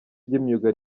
ry’imyuga